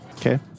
Okay